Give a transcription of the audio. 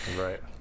Right